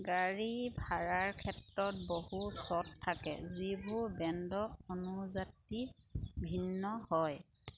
গাড়ী ভাড়াৰ ক্ষেত্ৰত বহু চৰ্ত থাকে যিবোৰ ব্ৰেণ্ডৰ অনুযায়ী ভিন্ন হয়